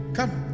Come